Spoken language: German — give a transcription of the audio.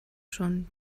schon